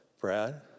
Brad